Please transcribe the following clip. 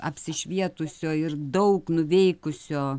apsišvietusio ir daug nuveikusio